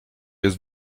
jest